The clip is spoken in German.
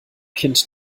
kind